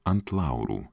ant laurų